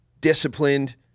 disciplined